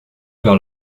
vers